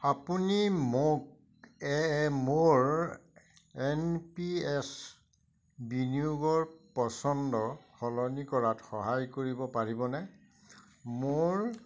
আপুনি মোক এ মোৰ এন পি এছ বিনিয়োগৰ পছন্দ সলনি কৰাত সহায় কৰিব পাৰিবনে